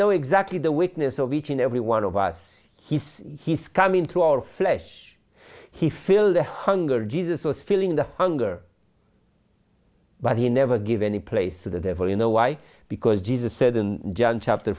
know exactly the witness of each and every one of us he says he's come into our flesh he filled the hunger jesus was filling the hunger but he never gave any place to the devil you know why because jesus said in john chapter